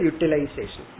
Utilization